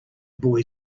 boy